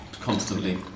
constantly